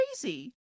crazy